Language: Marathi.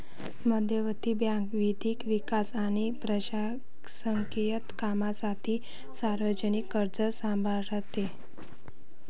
मध्यवर्ती बँक विविध विकास आणि प्रशासकीय कामांसाठी सार्वजनिक कर्ज सांभाळते